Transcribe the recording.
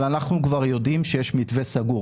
אבל אנחנו כבר יודעים שיש מתווה סגור.